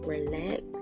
Relax